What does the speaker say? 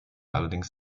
allerdings